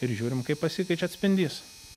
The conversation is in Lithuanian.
ir žiūrim kaip pasikeičia atspindys